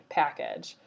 package